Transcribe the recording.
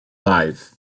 life